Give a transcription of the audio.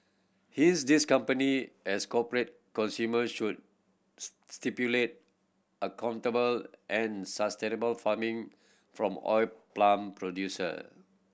hence these company as corporate consumer should stipulate accountable and sustainable farming from oil palm producer